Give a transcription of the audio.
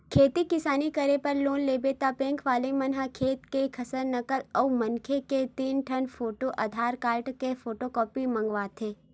खेती किसानी करे बर लोन लेबे त बेंक वाले मन ह खेत के खसरा, नकल अउ मनखे के तीन ठन फोटू, आधार कारड के फोटूकापी मंगवाथे